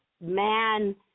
man